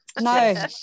No